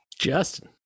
Justin